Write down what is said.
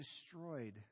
destroyed